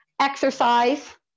Exercise